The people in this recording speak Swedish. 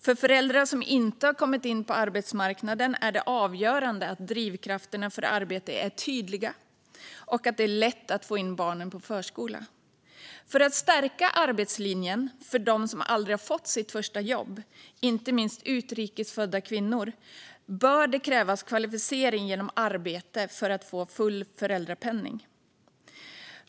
För föräldrar som inte har kommit in på arbetsmarknaden är det avgörande att drivkrafterna för arbete är tydliga och att det är lätt att få in barnen på förskola. För att stärka arbetslinjen för dem som aldrig har fått sitt första jobb - inte minst utrikes födda kvinnor - bör det krävas kvalificering genom arbete för att man ska få full föräldrapenning.